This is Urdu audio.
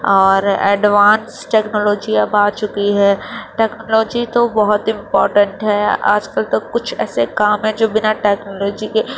اور ایڈوانس ٹیکنالوجی اب آ چکی ہے ٹیکنالوجی تو بہت امپورٹینٹ ہے آج کل تو کچھ ایسے کام ہیں جو بنا ٹیکنالوجی کے